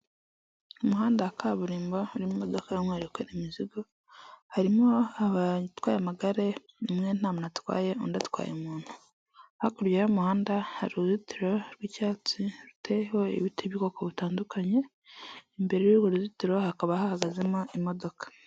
Umuhanda wa kaburimbo urimo imodoka y'umweru yikoreye imizigo, harimo abatwaye amagare, umwe nta muntu atwaye undi atwaye umuntu. Hakurya y'umuhanda hari uruzitiro rw'icyatsi ruteyeho ibiti by'ubwoko butandukanye, imbere y'urwo ruzitiro hakaba hahagazemo imodoka.